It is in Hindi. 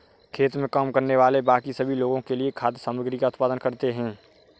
खेत में काम करने वाले बाकी सभी लोगों के लिए खाद्य सामग्री का उत्पादन करते हैं